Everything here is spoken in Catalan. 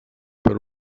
per